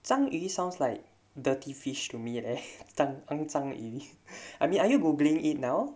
zhang yi sounds like dirty fish to meet as tan eng sang usually I mean are you googling it now